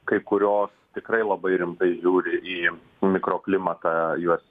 kai kurios tikrai labai rimtai žiūri į mikroklimatą jos